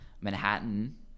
Manhattan